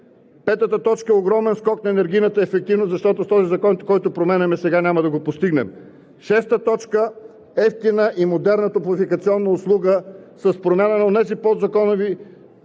Петата точка е огромен скок на енергийната ефективност, защото с този закон, който променяме сега, няма да го постигнем. Шесто, евтина и модерна топлофикационна услуга с промяна на онези подзаконови